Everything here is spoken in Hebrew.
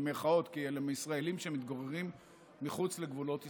כי אלה ישראלים שמתגוררים מחוץ לגבולות ישראל.